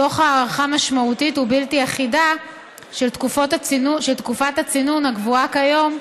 תוך הארכה משמעותית ובלתי אחידה של תקופת הצינון הקבועה כיום,